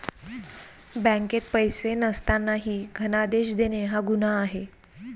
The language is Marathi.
बँकेत पैसे नसतानाही धनादेश देणे हा गुन्हा आहे